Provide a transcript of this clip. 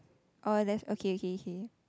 oh that's okay okay okay